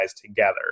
together